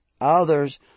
others